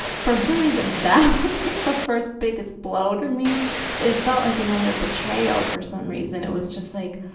but for some reason, that was like the first biggest blow to me it felt like another betrayal for some reason, it was just like,